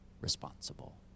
responsible